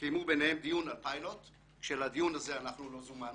קיימו דיון ביניהם על פיילוט כאשר לדיון הזה אנחנו לא זומנו.